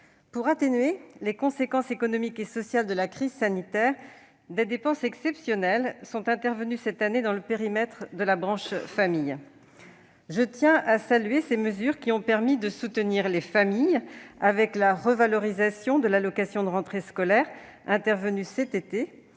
pour atténuer les conséquences économiques et sociales de la crise sanitaire, des dépenses exceptionnelles sont intervenues, cette année, dans le périmètre de la branche famille. Je tiens à saluer ces mesures, qui ont permis de soutenir les familles, avec la revalorisation de l'allocation de rentrée scolaire intervenue cet été,